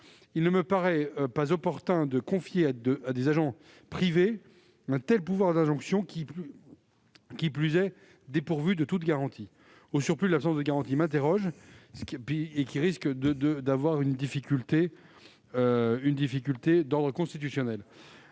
Il ne me paraît pas opportun de confier à des agents privés un tel pouvoir d'injonction, qui plus est dépourvu de toutes garanties. Au surplus, cette absence de garanties m'interroge et risque de poser une difficulté d'ordre constitutionnel.